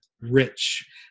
rich